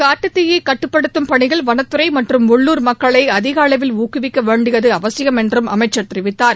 காட்டுத்தீயை கட்டுப்படுத்தும் பணியில் வனத்துறை மற்றும் உள்ளூர் மக்களை அதிக அளவில் ஊக்குவிக்க வேண்டியது அவசியம் என்றும் அமைச்சர் தெரிவித்தார்